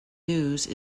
news